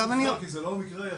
זה לא מקרה יחיד.